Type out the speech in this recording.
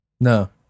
No